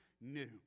new